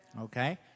Okay